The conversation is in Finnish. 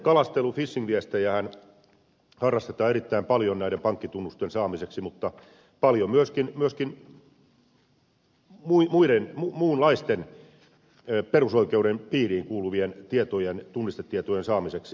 näitä kalastelu eli fishing viestejähän harrastetaan erittäin paljon pankkitunnusten saamiseksi mutta paljon myöskin muunlaisten perusoikeuden piiriin kuuluvien tunnistetietojen saamiseksi